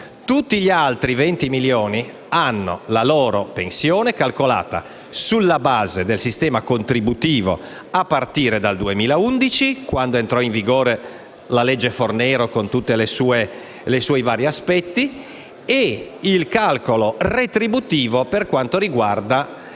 migliaia di eccezioni, hanno la loro pensione calcolata sulla base del sistema contributivo a partire dal 2011, quando entrò in vigore la legge Fornero in tutti i suoi vari aspetti, e con il calcolo retributivo per quanto riguarda